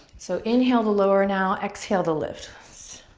so inhale to lower now, exhale to lift. let's